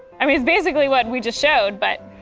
i mean, it's basically what we just showed, but.